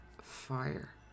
fire